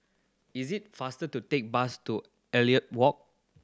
is it faster to take bus to Elliot Walk